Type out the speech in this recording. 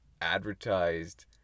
advertised